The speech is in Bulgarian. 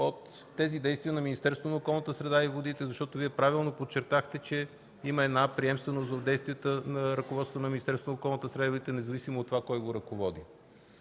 от тези действия на Министерството на околната среда и водите? Защото Вие правилно подчертахте, че има приемственост в действията на ръководството на Министерството на околната среда и водите, независимо от това кой го ръководи.